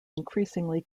increasingly